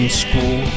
school